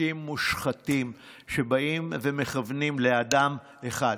חוקים מושחתים, שבאים ומכוונים לאדם אחד.